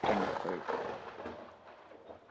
चंगा कोई निं